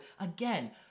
Again